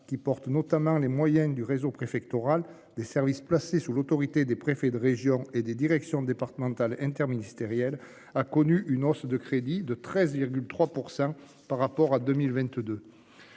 qui porte notamment les moyens du réseau préfectoral des services placés sous l'autorité des préfets de région et des directions départementales interministérielles a connu une hausse de crédit de 13,3% par rapport à 2022.